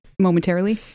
momentarily